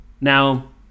Now